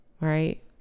right